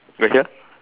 got hear